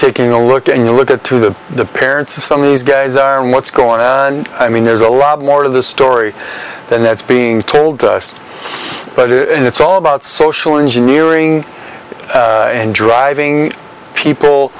taking a look and a look at two the the parents of some of these guys are and what's going to and i mean there's a lot more of this story than that's being told but it's all about social engineering and driving people